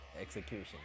execution